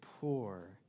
poor